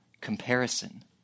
comparison